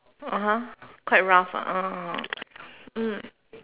(uh huh) quite rough ah ah mm